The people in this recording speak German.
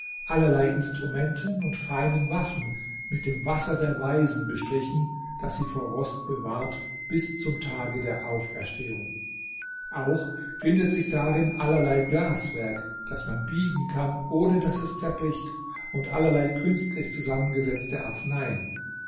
allerlei instrumenten und feinen waffen mit dem wasser der weisen bestrichen das sie vor rost bewahrt bis zum tage der auferstehung auch findet sich darin allerlei glaswerk das man biegen kann ohne daß es zerbricht und allerlei künstlich zusammengesetzte arzneien